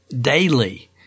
daily